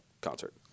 concert